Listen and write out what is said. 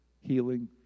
healing